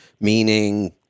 meaning